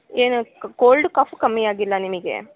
ಏನು cold cough ಕಮ್ಮಿ ಆಗಿಲ್ಲ ನಿಮಗೆ